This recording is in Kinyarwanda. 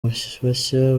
bashya